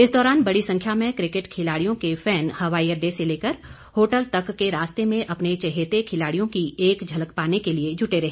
इस दौरान बड़ी संख्या में किकेट खिलाड़ियों के फैन हवाई अड्डे से लेकर होटल तक के रास्ते में अपने चहेते खिलाड़ियों की एक झलक पाने के लिए जुटे रहे